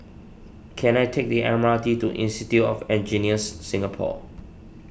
can I take the M R T to Institute of Engineers Singapore